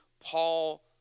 Paul